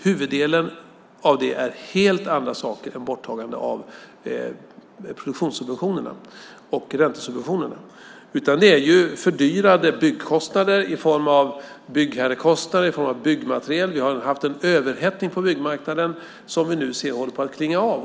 Huvuddelen av det är helt andra saker än borttagande av produktionssubventioner och räntesubventioner. Det är i stället fördyrade byggkostnader i form av byggherrekostnader och kostnader för byggmateriel. Vi har haft en överhettning på byggmarknaden som vi nu ser håller på att klinga av.